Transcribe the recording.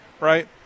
right